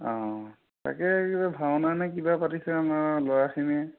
অঁ তাকে কিবা ভাওনা নে কিবা পাতিছে আমাৰ ল'ৰাখিনিয়ে